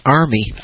army